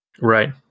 Right